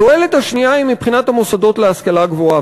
התועלת השנייה היא מבחינת המוסדות להשכלה גבוהה,